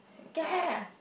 get high lah